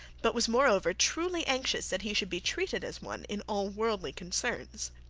but was moreover truly anxious that he should be treated as one in all worldly concerns